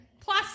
Plus